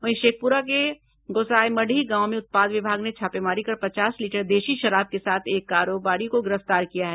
वहीं शेखप्रा को गोसायमढ़ी गाव में उत्पाद विभाग ने छापामारी कर पचास लीटर देशी शराब के साथ एक कारोबारी को गिरफ्तार किया है